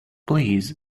please